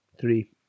Three